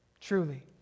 Truly